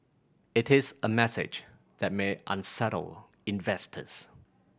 it is a message that may unsettle investors